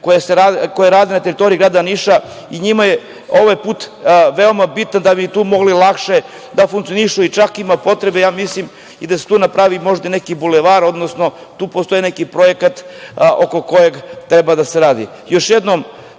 koje rade na teritoriji grada Niša i njima je ovaj put veoma bitan, da bi tu mogli lakše da funkcionišu. Čak ima potrebe da se tu napravi neki bulevar, odnosno postoji neki projekat oko kojeg treba da se radi. Još